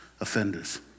offenders